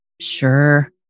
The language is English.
sure